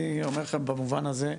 אני אומר לכם במובן הזה,